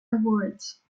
awards